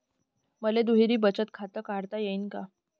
मले दुहेरी बचत खातं काढता येईन का?